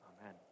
Amen